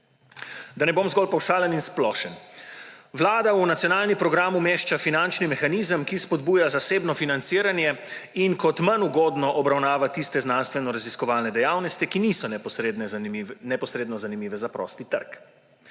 Da ne bom zgolj pavšalen in splošen, Vlada v Nacionalni program umešča finančni mehanizem, ki spodbuja zasebno financiranje in kot manj ugodno obravnava tiste znanstvenoraziskovalne dejavnosti, ki niso neposredno zanimive za prosti trg.